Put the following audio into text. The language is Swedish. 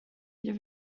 jag